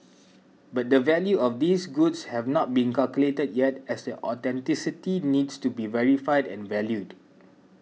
but the value of these goods have not been calculated yet as their authenticity needs to be verified and valued